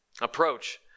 approach